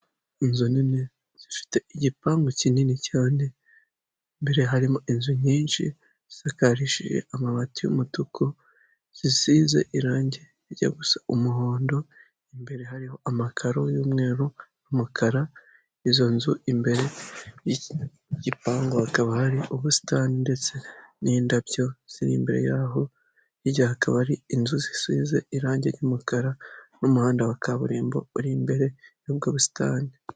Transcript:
Inzu nini zifite igipangu kinini cyane imbere harimo inzu nyinshi zisakarishije amabati y’ umutuku zisize irangi rijya gusa umuhondo imbere hariho amakaro y’ umweru n’ umukara izo nzu imbere y’ igipangu hakaba hari ubusitani ndetse n'indabyo ziri imbere yaho hirya hakaba hari inzu zisize irangi ry'umukara n'umuhanda wa kaburimbo uri imbere yubwo busitani.